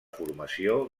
formació